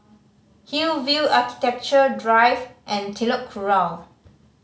Hillview Architecture Drive and Telok Kurau